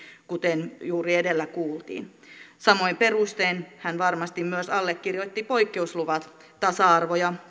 kuten juuri edellä kuultiin samoin perustein hän varmasti myös allekirjoitti poikkeusluvat tasa arvo ja